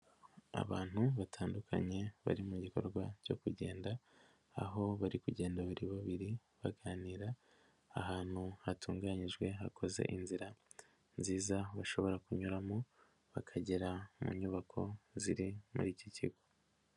Abantu batandukanye bari mu gikorwa cyo kugenda aho bari kugenda babiri babiri baganira ahantu hatunganyijwe hakoze inzira nziza bashobora kunyuramo bakagera mu nyubako ziri muri iki kigo.